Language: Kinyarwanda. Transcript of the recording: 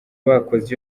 bakoze